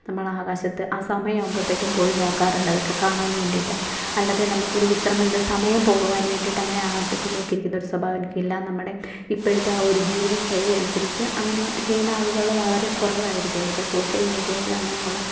നമ്മൾ ആകാശത്ത് ആ സമയം ആവുമ്പോഴത്തേക്കും പോയി നോക്കാറുണ്ട് അതൊക്കെ കാണാന് വേണ്ടിയിട്ടു അല്ലാതെ നമുക്കൊരു വിശ്രമം എന്ത് സമയം പോകുവാന് വേണ്ടിയിട്ടു അങ്ങനെ ആകാശത്ത് നോക്കിയിരിക്കുന്നൊരു സ്വഭാവം എനിക്കില്ല നമ്മുടെ ഇപ്പോഴത്തെ ആ ഒരു ജീവിതശൈലി അനുസരിച്ച് അങ്ങനെ ചെയുന്ന ആളുകൾ വളരെ കുറവായിരിക്കാം ഇപ്പോൾ സോഷ്യല് മീഡിയയില് അങ്ങനെയുള്ള